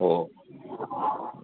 ꯑꯣ ꯑꯣ